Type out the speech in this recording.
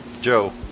Joe